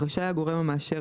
אך רשאי הגורם המאשר,